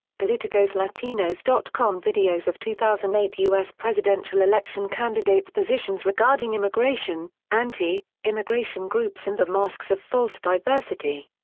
politicoslatinos dot com videos of two thousand and eight us presidential election candidates' positions regarding immigration anti immigration groups and the masks of false diversity.